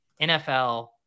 NFL